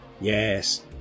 Yes